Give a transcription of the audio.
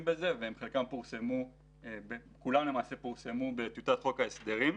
בזה ולמעשה כולם פורסמו בטיוטת חוק ההסדרים.